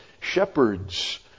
shepherds